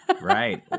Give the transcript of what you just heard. right